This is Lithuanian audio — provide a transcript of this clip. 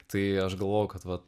tai aš galvojau kad